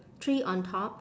three on top